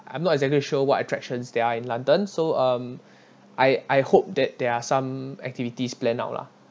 I'm not exactly sure what attractions there are in london so um I I hope that there are some activities planned out lah